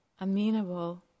Amenable